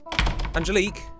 Angelique